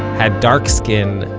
had dark skin,